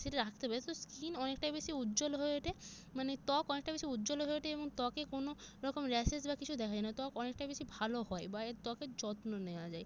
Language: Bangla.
সেটা রাখতে পারে তো স্কিন অনেকটাই বেশি উজ্জ্বল হয়ে ওঠে মানে ত্বক অনেকটা বেশি উজ্জ্বল হয়ে ওঠে এবং ত্বকে কোনো রকম র্যাসেস বা কিছু দেখা যায় না ত্বক অনেকটাই বেশি ভালো হয় বা এর ত্বকের যত্ন নেওয়া যায়